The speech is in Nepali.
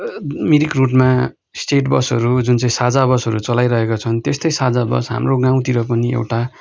मिरिक रुटमा स्टेट बसहरू जुन चाहिँ साझा बसहरू चलाइरहेका छन् त्यस्तै साझा हाम्रो गाउँतिर पनि एउटा